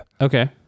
Okay